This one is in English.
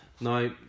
now